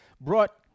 brought